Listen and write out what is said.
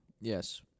Yes